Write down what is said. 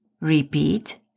Repeat